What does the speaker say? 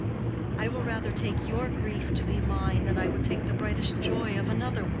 i will rather take your grief to be mine than i would take the brightest joy of another woman.